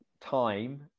time